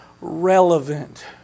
relevant